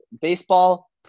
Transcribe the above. Baseball